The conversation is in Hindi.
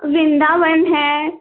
वृंदावन है